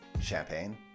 Champagne